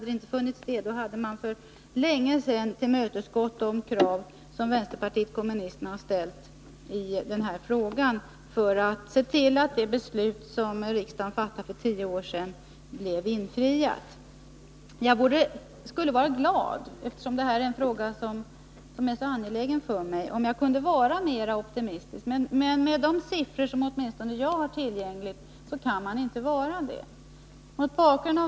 Om det inte funnits motsättningar, hade man för länge sedan tillmötesgått de krav som vänsterpartiet kommunisterna har ställt i den här frågan för att se till att det beslut som riksdagen fattade för tio år sedan infrias. Eftersom detta är en fråga som är så angelägen för mig, skulle jag vara väldigt glad om jag kunde vara mer optimistisk. Men med de siffror som åtminstone jag har tillgängliga kan jag inte vara det.